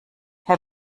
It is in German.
herr